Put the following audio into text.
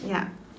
ya